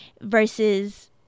Versus